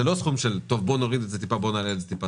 גם פטור ממס באופן רוחבי זה שר האוצר.